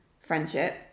friendship